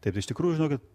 taip tai iš tikrųjų žinokit